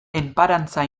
enparantza